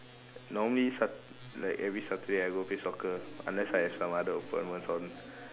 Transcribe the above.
normally Sat~ like every Saturday I go play soccer unless I have some other appointments on